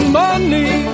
money